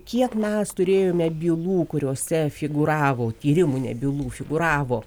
kiek mes turėjome bylų kuriose figūravo tyrimų ne bylų figūravo